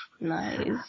Nice